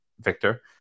Victor